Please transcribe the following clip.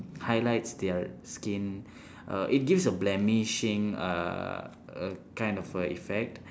highlights their skin uh it gives a blemishing uh a kind of a effect